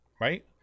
Right